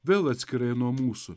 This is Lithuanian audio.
vėl atskirai nuo mūsų